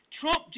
Trump